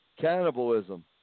cannibalism